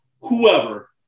Whoever